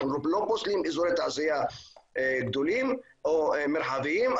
אנחנו לא פוסלים אזורי תעשייה גדולים או מרחביים,